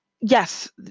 Yes